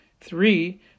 Three